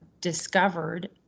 discovered